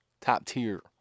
Top-tier